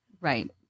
Right